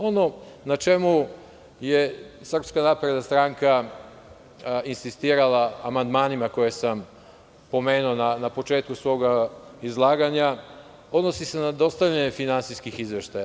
Ono na čemu je Srpska napredna stranka insistirala amandmanima koje sam pomenuo na početku svog izlaganja, odnosi se na dostavljanje finansijskih izveštaja.